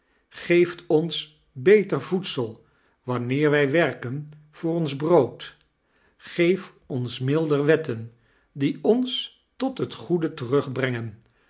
geeft ons beter voedsiel wanoeei wij werfcen ybor ons brood geeft oris milder wefcten die ons tot bet goede